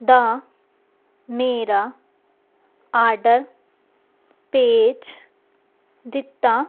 ਦਾ ਮੇਰਾ ਆਡਰ ਭੇਜ ਦਿੱਤਾ